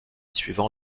suivant